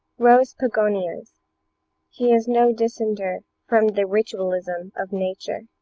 rose pogonias he is no dissenter from the ritualism of nature